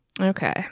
Okay